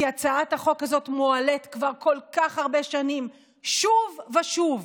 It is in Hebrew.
כי הצעת החוק הזאת מועלית כבר כל כך הרבה שנים שוב ושוב,